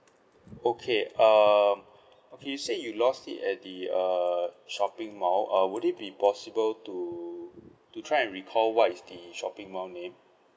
okay um you said you lost it at the uh shopping mall uh would it be possible to to try and recall what is the shopping mall name